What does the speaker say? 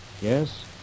Yes